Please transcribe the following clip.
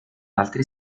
altri